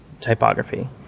typography